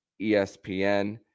espn